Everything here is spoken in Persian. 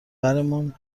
برمونن